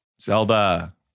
Zelda